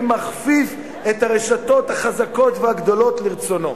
מכפיף את הרשתות החזקות והגדולות לרצונו.